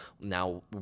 Now